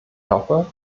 hoffe